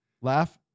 laugh